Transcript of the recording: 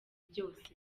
byose